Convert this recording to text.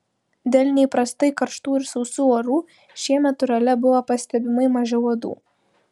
dėl neįprastai karštų ir sausų orų šiemet urale buvo pastebimai mažiau uodų